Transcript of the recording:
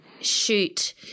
shoot